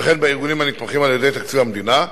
וכן בארגונים הנתמכים על-ידי תקציב המדינה,